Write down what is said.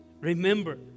Remember